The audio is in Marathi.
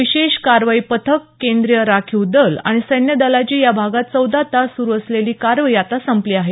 विशेष कारवाई पथक केंद्रीय राखीव दल आणि सैन्य दलाची या भागात चौदा तास सुरू असलेली कारवाई आता संपली आहे